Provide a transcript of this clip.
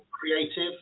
creative